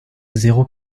zéro